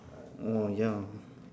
ya